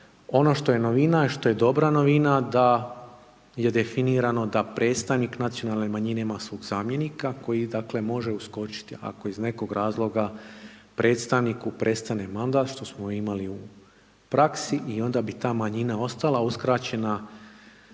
Ono što je novina, što je dobra novina da je definirano da predstavnik nacionalne manjine ima svog zamjenika koji, dakle, može uskočiti ako iz nekog razloga predstavniku prestane mandat, što smo imali u praksi i onda bi ta manjina ostala uskraćena